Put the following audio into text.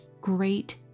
great